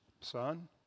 son